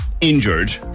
injured